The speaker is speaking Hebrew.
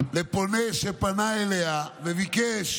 לפונה שפנה אליה וביקש